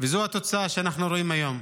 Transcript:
וזו התוצאה שאנחנו רואים היום.